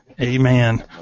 Amen